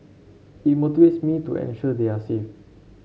it motivates me to ensure they are safe